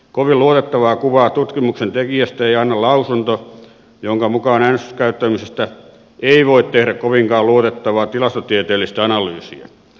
kovin luotettavaa kuvaa tutkimuksen tekijästä ei anna lausunto jonka mukaan äänestyskäyttäytymisestä ei voi tehdä kovinkaan luotettavaa tilastotieteellistä analyysiä